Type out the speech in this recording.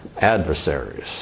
adversaries